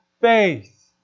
faith